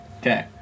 Okay